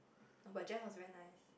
no but Jess was very nice